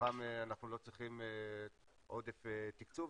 ולצורכם אנחנו לא צריכים עודף תקצוב,